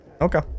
Okay